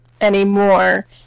Anymore